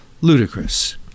ludicrous